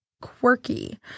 quirky